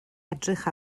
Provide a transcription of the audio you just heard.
edrych